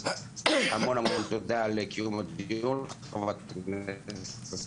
המון תודה על קיום הדיון, חברת הכנסת השכל.